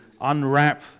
unwrap